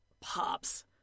pops